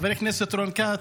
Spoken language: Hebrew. חבר הכנסת רון כץ,